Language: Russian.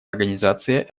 организации